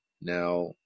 now